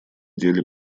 деле